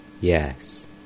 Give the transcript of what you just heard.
Yes